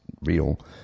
real